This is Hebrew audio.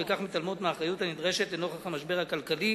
ובכך מתעלמות מהאחריות הנדרשת לנוכח המשבר הכלכלי